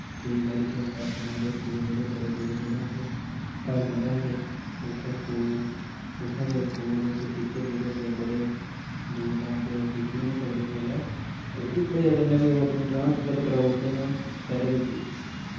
केईं बारी केह् होंदा ग्रांऽ दे स्कूल जेह्ड़े बड़े दूरें दूरें होंदे प्हाड़ियां र होंदे ते उत्थें दे स्कूल बिच उत्थें दे स्कूल बिच टीचर जेह्ड़े होंदे ओह् बड़े दूर दा आंदे होर पुज्जी बी निं सकदे तौले ओह्दी बजह कन्नै बी ओह् अपनी ट्रांसफर कराऊ दे न शैह्रे बिच ई